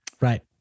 Right